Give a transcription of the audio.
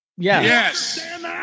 yes